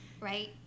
right